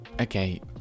okay